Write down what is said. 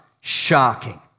shocking